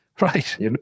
Right